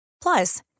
Plus